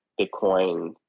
Bitcoin